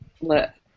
let